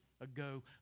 ago